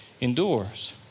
endures